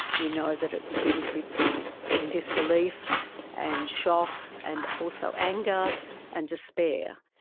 we know that it begins with people in disbelief and shock and also anger and despair.